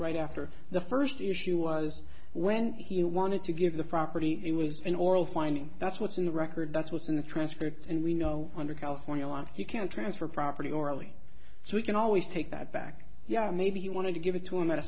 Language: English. right after the first issue was when he wanted to give the property he was an oral finding that's what's in the record that's what's in the transcript and we know under california law you can't transfer property orally so you can always take that back maybe you want to give it to him at a